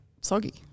soggy